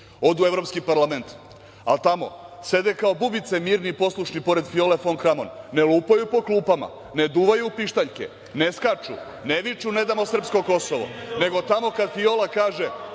u Evropski parlament, ali tamo sede kao bubice mirni i poslušni pored Viole fon Kramon, ne lupaju po klupama, ne duvaju u pištaljke, ne skaču, ne viču – ne damo srpsko Kosovo, nego tamo kad Viola kaže